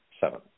seven